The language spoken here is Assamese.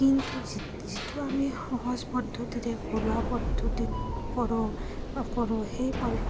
কিন্তু যিটো আমি সহজ পদ্ধতিৰে ঘৰুৱা পদ্ধতিত কৰোঁ বা কৰোঁ সেই